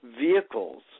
vehicles